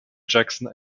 jackson